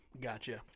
Gotcha